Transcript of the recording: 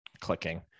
clicking